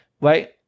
right